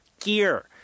gear